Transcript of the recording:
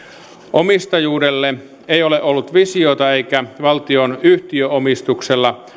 omistajuudelle ei ole ollut visiota eikä valtion yhtiöomistuksella